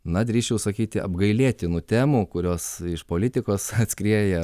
na drįsčiau sakyti apgailėtinų temų kurios iš politikos atskrieja